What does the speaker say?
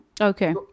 Okay